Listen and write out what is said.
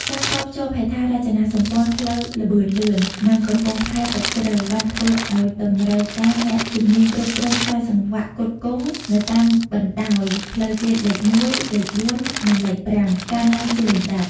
ការតភ្ជាប់ហេដ្ឋារចនាសម្ព័ន្ធផ្លូវល្បឿនលឿន និងកំពង់ផែទឹកជ្រៅ បានធ្វើឱ្យតម្រូវការអ្នកជំនាញគ្រប់គ្រងខ្សែសង្វាក់ផ្គត់ផ្គង់នៅតាមបណ្ដោយផ្លូវជាតិលេខ ១, លេខ ៤ និងលេខ ៥ កើនឡើងជាលំដាប់។